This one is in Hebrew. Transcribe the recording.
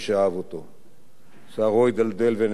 שיערו הידלדל ונעלם, גופו הצטמק,